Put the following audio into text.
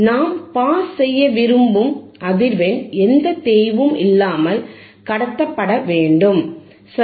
நாம் பாஸ் செய்ய விரும்பும் அதிர்வெண் எந்த தேய்வும் இல்லாமல் கடத்தப்பட வேண்டும் சரி